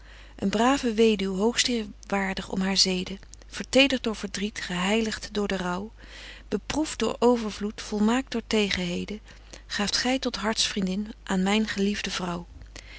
een brave weduw hoogst eerwaardig om haar zeden vertedert door verdriet geheiligt door den rouw beproeft door overvloed volmaakt door tegenheden gaaft gy tot hartvriendin aan myn geliefde vrouw